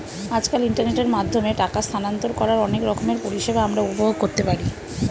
আজকাল ইন্টারনেটের মাধ্যমে টাকা স্থানান্তর করার অনেক রকমের পরিষেবা আমরা উপভোগ করতে পারি